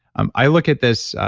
um i look at this